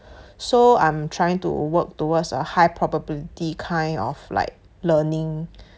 so I'm trying to work towards a high probability kind of like learning